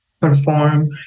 perform